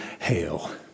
hail